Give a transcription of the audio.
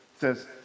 says